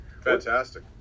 Fantastic